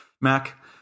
Mac